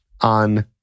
on